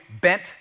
bent